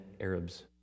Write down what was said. Arabs